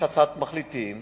יש הצעת מחליטים